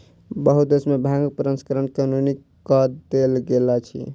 बहुत देश में भांगक प्रसंस्करण कानूनी कअ देल गेल अछि